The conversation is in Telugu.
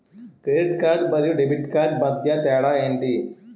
క్రెడిట్ కార్డ్ మరియు డెబిట్ కార్డ్ మధ్య తేడా ఎంటి?